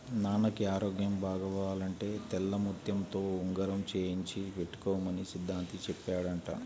నాన్నకి ఆరోగ్యం బాగవ్వాలంటే తెల్లముత్యంతో ఉంగరం చేయించి పెట్టుకోమని సిద్ధాంతి చెప్పాడంట